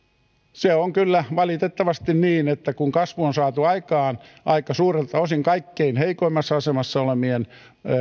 se on kyllä valitettavasti niin että kun kasvu on saatu aikaan aika suurelta osin kaikkein heikoimmassa asemassa olevien